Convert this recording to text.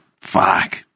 fuck